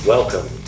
Welcome